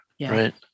right